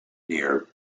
near